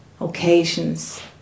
occasions